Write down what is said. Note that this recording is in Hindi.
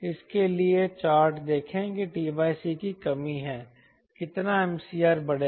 इसके लिए चार्ट देखें कि t c की कमी है कितना MCR बढ़ेगा